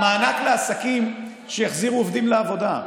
המענק לעסקים שיחזירו עובדים לעבודה.